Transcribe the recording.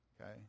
okay